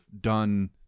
done